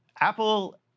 Apple